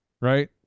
Right